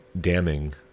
damning